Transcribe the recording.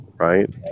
Right